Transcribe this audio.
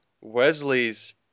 Wesley's